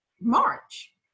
March